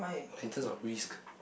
in terms of risk